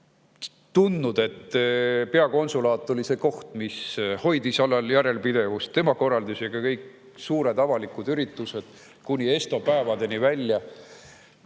ja tundnud, et peakonsulaat on see koht, mis hoiab alal järjepidevust. Tema korraldas ka kõik suured avalikud üritused kuni ESTO päevadeni välja.